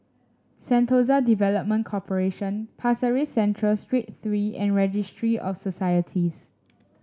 Sentosa Development Corporation Pasir Ris Central Street Three and Registry of Societies